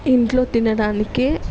ఇంట్లో తినడానికే